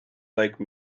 like